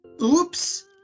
Oops